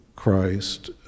Christ